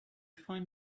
find